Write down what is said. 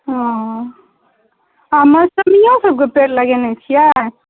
हँ आ मौसम्मिओ सभके पेड़ लगेने छियै